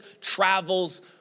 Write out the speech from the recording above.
travels